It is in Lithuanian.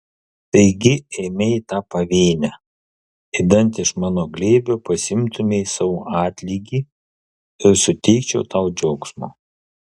taigi eime į tą pavėnę idant iš mano glėbio pasiimtumei savo atlygį ir suteikčiau tau džiaugsmo